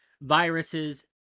viruses